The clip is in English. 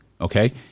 Okay